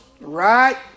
Right